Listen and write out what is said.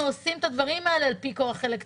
אבל ממתי אנחנו עושים את הדברים האלה על פי כוח אלקטורלי?